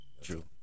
True